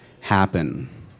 happen